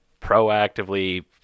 proactively